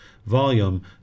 volume